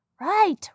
Right